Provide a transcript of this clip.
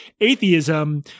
atheism